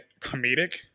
comedic